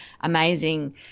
amazing